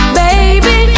baby